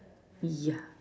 yeah